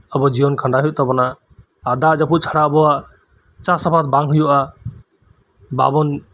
ᱟᱵᱚ ᱡᱤᱭᱚᱱ ᱠᱷᱟᱸᱰᱟᱣ ᱦᱩᱭᱩᱜ ᱛᱟᱵᱚᱱᱟ ᱟᱨ ᱫᱟᱜ ᱡᱟᱯᱩᱫ ᱪᱷᱟᱲᱟ ᱟᱵᱚᱣᱟᱜ ᱪᱟᱥ ᱟᱵᱟᱫᱽ ᱵᱟᱝ ᱦᱩᱭᱩᱜᱼᱟ ᱵᱟᱵᱚᱱ